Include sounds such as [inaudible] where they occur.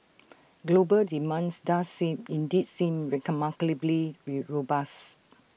global demands does seem indeed seem [unintelligible] ray robust